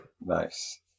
Nice